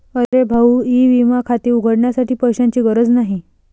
अरे भाऊ ई विमा खाते उघडण्यासाठी पैशांची गरज नाही